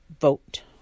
Vote